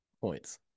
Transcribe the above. points